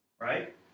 Right